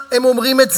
צריך להמשיך.